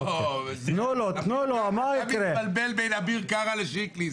אל תתבלבל בין אביר קרע לשקלי.